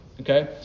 okay